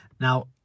Now